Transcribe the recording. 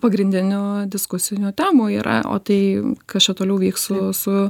pagrindinių diskusinių temų yra o tai kas čia toliau vyks su su